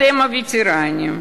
אתם, הווטרנים,